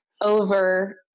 over